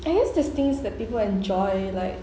I used to think that people enjoy like